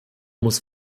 muss